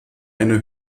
eine